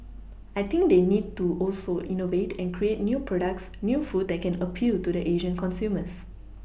I think they need to also innovate and create new products new food that can appeal to the Asian consumers